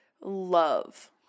love